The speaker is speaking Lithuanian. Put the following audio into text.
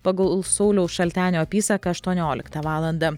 pagal sauliaus šaltenio apysaką aštuonioliktą valandą